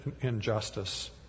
injustice